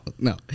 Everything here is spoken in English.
no